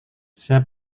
saya